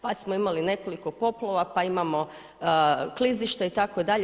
Pa smo imali nekoliko poplava, pa imamo klizišta itd.